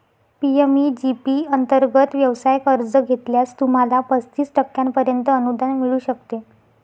PMEG P अंतर्गत व्यवसाय कर्ज घेतल्यास, तुम्हाला पस्तीस टक्क्यांपर्यंत अनुदान मिळू शकते